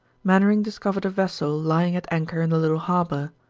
mainwaring discovered a vessel lying at anchor in the little harbor.